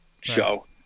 show